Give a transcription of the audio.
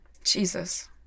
Jesus